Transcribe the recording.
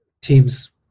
teams